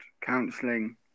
counselling